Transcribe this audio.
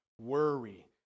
worry